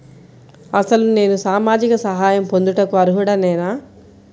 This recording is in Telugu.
అసలు నేను సామాజిక సహాయం పొందుటకు అర్హుడనేన?